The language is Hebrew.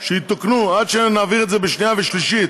שיתוקנו עד שנעביר את זה בשנייה ושלישית,